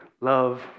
love